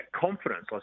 confidence